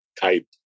type